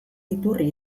iturri